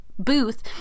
booth